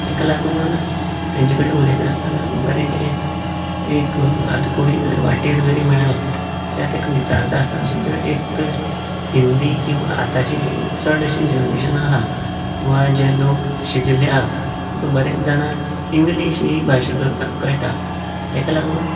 तेका लागून तेंचे कडेन उलयता आसतना बरें एक आता कोणी जर वाटेर जरी मेळ्ळो जाल्यार तेका विचारता आसतना सुद्दां एक तर हिंदी किंवां आताची चडशी जनरेशनां आसा किंवां जे लोक शिकिल्ले आहा तेका बरेंच जाणांक इंग्लिश ही भाशा कळटा तेका लागून